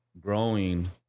growing